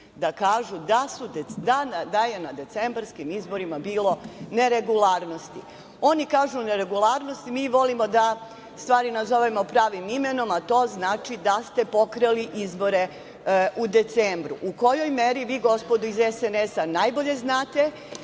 da je na decembarskim izborima bilo neregularnosti. Oni kažu – neragularnost, mi volimo da stvari nazovemo pravim imenom a to znači da ste pokrali izbore u decembru. U kojoj meri, vi gospodo iz SNS najbolje znate,